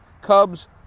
Cubs